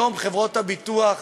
היום חברות הביטוח,